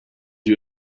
you